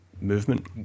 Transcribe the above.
movement